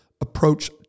approach